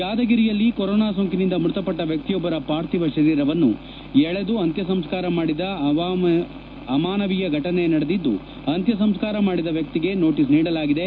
ಯಾದಗಿರಿಯಲ್ಲಿ ಕೊರೊನಾ ಸೋಂಕಿನಿಂದ ಮೃತಪಟ್ಟ ವ್ಯಕ್ತಿಯೊಬ್ಬರ ಪಾರ್ಥಿವ ಶರೀರವನ್ನು ಎಳೆದು ಅಂತ್ಯಸಂಸ್ಕಾರ ಮಾಡಿದ ಅಮಾನವೀಯ ಫಟನೆಯಾಗಿದ್ದು ಅಂತ್ಯಸಂಸ್ಕಾರ ಮಾಡಿದ ವ್ಯಕ್ತಿಗೆ ನೋಟಿಸ್ ನೀಡಲಾಗಿದೆ